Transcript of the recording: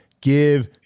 Give